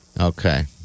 Okay